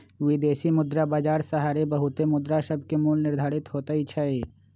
विदेशी मुद्रा बाजार सहारे बहुते मुद्रासभके मोल निर्धारित होतइ छइ